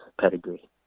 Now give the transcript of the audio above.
pedigree